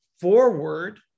forward